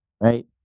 right